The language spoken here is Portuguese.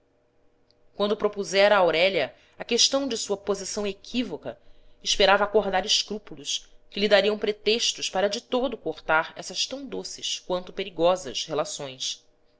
quando propusera a aurélia a questão de sua posição equívoca esperava acordar escrúpulos que lhe dariam pretextos para de todo cortar essas tão doces quanto perigosas relações